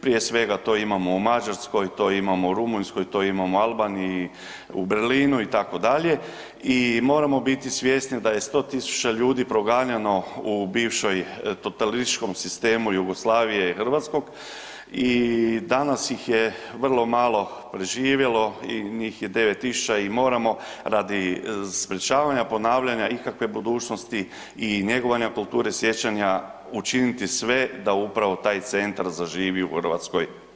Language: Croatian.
Prije svega to imamo u Mađarskoj, to imamo u Rumunjskoj, to imamo u Albaniji, u Berlinu itd. i moramo biti svjesni da je 100 000 ljudi proganjano u bivšoj totalitarističkom sistemu Jugoslavije, hrvatskog i danas ih je vrlo malo preživjelo i njih je 9000 i moramo radi sprječavanja, ponavljanja ikakve budućnosti i njegovane kulture sjećanja učiniti sve da upravo taj centar zaživi u Hrvatskoj.